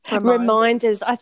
Reminders